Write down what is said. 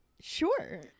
Sure